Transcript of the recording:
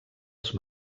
els